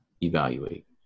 Evaluate